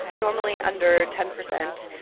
normally under ten percent.